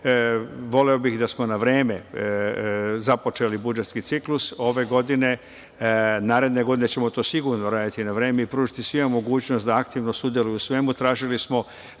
Voleo bih da smo na vreme započeli budžetski ciklus ove godine. Naredne godine ćemo to sigurno raditi na vreme i pružiti svima mogućnost da aktivno sudeluju u svemu. Tražili smo